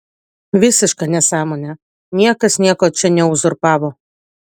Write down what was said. visiška nesąmonė niekas nieko čia neuzurpavo